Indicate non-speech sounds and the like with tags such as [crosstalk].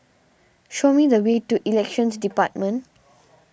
show me the way to Elections Department [noise]